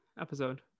episode